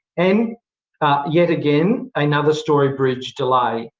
and yet again, another story bridge delay.